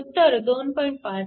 5 A आहे